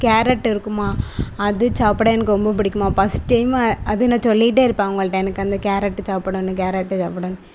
carrot இருக்குமா அது சாப்பிட எனக்கு ரொம்ப பிடிக்குமா ஃபர்ஸ்ட் டைம் அது நான் சொல்லிட்டே இருப்பேன் அவங்கள்கிட்ட எனக்கு அந்த கேரட் சாப்பிடணும் கேரட் சாப்பிடணும்